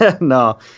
No